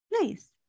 Nice